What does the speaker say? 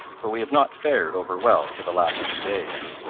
for we have not fared over well for the last three days.